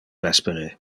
vespere